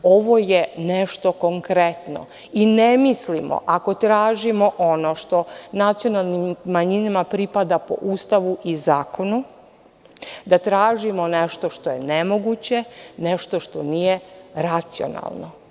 Ovo je nešto konkretno i ne mislimo ako tražimo ono što nacionalnim manjinama pripada po Ustavu i zakonu da tražimo nešto što je nemoguće, nešto što nije racionalno.